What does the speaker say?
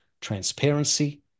transparency